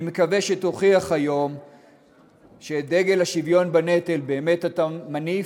אני מקווה שתוכיח היום שאת דגל השוויון בנטל אתה באמת מניף,